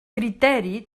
criteri